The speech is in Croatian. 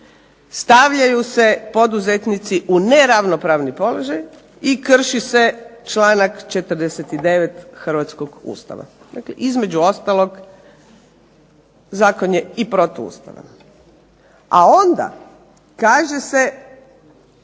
stavljaju se poduzetnici u neravnopravni položaj i krši se članak 49. hrvatskoga Ustava. Dakle, između ostalog zakon je i protuustavan. A onda kaže se